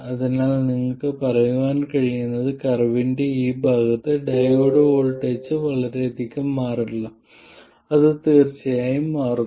അതിനാൽ നിങ്ങൾക്ക് പറയാൻ കഴിയുന്നത് കർവിന്റെ ഈ ഭാഗത്ത് ഡയോഡ് വോൾട്ടേജ് വളരെയധികം മാറില്ല അത് തീർച്ചയായും മാറുന്നു